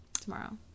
tomorrow